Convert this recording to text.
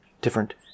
different